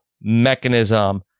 mechanism